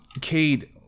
Cade